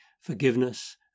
forgiveness